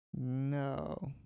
No